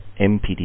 MPD